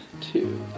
Two